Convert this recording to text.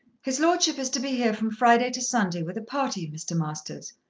his lordship is to be here from friday to sunday with a party, mr. masters.